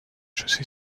chaussée